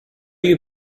you